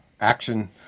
action